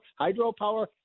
hydropower